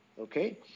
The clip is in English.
Okay